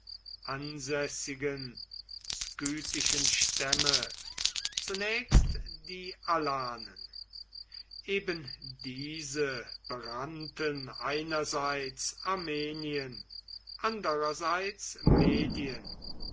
ansässigen skythischen stämme zunächst die ala eben diese berannten einerseits armenien andererseits